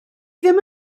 ddim